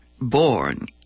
born